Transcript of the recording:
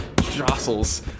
jostles